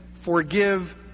forgive